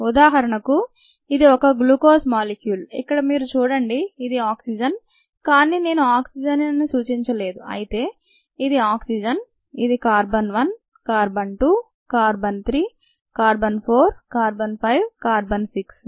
ఉదాహరణకు ఇది 1 glucose molecule ఇక్కడ మీరు చూడండి ఇది ఆక్సిజన్ కాని నేను ఆక్సిజన్ అని సూచించలేదు అయితే ఇది ఆక్సిజన్ ఇది carbon 1 carbon 2 carbon 3 carbon 4 carbon 5 carbon 6 C6H12O6